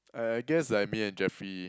I guess like me and Jeffrey